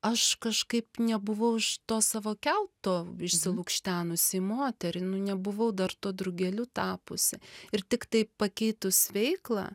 aš kažkaip nebuvau iš to savo kiauto išsilukštenusi į moterį nu nebuvau dar tuo drugeliu tapusi ir tiktai pakeitus veiklą